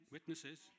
Witnesses